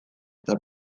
eta